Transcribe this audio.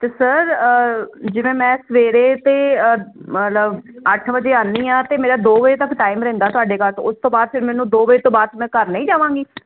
ਤੇ ਸਰ ਜਿਵੇਂ ਮੈਂ ਸਵੇਰੇ ਤੇ ਮਤਲਬ ਅੱਠ ਵਜੇ ਆਨੀ ਆ ਤੇ ਮੇਰਾ ਦੋ ਵਜੇ ਤੱਕ ਟਾਈਮ ਰਹਿੰਦਾ ਤੁਹਾਡੇ ਘਰ ਉਸ ਤੋਂ ਬਾਅਦ ਫਿਰ ਮੈਨੂੰ ਦੋ ਵਜੇ ਤੋਂ ਬਾਅਦ ਫਿਰ ਮੈਂ ਘਰ ਨੀ ਜਾਵਾਗੀ